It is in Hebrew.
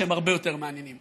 שהם הרבה יותר מעניינים.